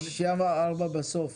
64 בסוף.